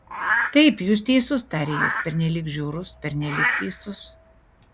taip jūs teisus tarė jis pernelyg žiaurus pernelyg teisus